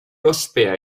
ospea